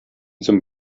zum